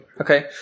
okay